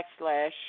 backslash